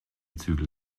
zügel